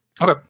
Okay